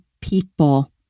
people